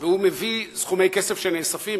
ומביא סכומי כסף שנאספים,